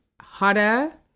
hotter